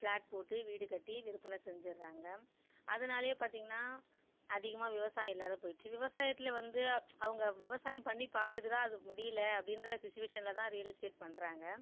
plot போட்டு வீடு கட்டி விற்பனை செஞ்சுறாங்க அதனாலேயே பார்த்தீங்கனா அதிகமாக விவசாயோம் இல்லாத போய்ச்சி விவசாயத்தில் வந்து அவங்க விவசாயம் பண்ணி பார்த்துட்டு தான் அது முடியல அப்படின்ற சுச்சுவேஷனில் தான் ரியல் எஸ்டேட் பண்ணுறாங்க